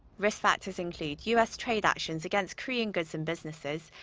risk factors include u s. trade actions against korean goods and businesses.